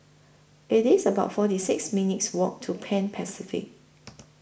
IT IS about forty six minutes' Walk to Pan Pacific